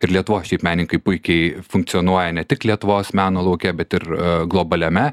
ir lietuvoje šiaip menininkai puikiai funkcionuoja ne tik lietuvos meno lauke bet ir globaliame